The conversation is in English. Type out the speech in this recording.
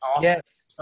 Yes